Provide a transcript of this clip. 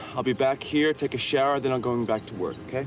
i'll be back here, take a shower. then i'm going back to work, ok?